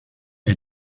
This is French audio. est